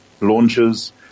launches